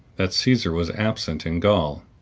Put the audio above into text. that caesar was absent in gaul,